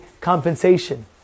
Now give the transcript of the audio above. compensation